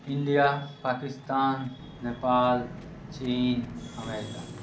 India Pakistan Nepal चीन America